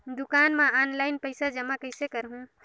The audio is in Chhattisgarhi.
दुकान म ऑनलाइन पइसा जमा कइसे करहु?